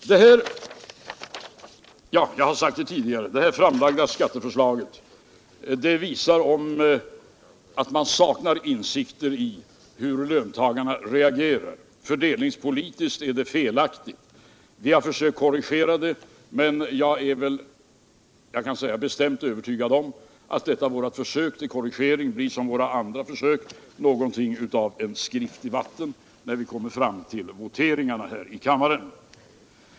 Jag har sagt tidigare att det framlagda skatteförslaget visar att man saknar insikter i hur löntagarna reagerar. Fördelningspolitiskt är förslaget felaktigt. Vi har försökt korrigera det. Men jag är övertygad om att detta vårt försök till korrigering blir som våra andra försök, dvs. något av en skrift i vatten, när vi kommer till voteringarna här i kammaren.